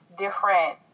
different